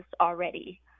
already